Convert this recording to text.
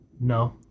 No